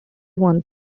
one